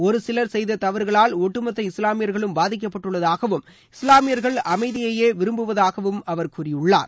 ஒரு சிலர் செய்த தவறுகளால் ஒட்டுமொத்த இஸ்லாமியர்களும் பாதிக்கப்பட்டுள்ளதாகவும் இஸ்லாமியர்கள் அமைதியையே விரும்புவதாகவும் அவர் கூறியுள்ளார்